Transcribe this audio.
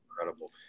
incredible